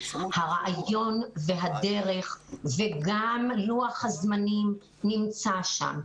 הרעיון, הדרך וגם לוח הזמנים נמצא שם.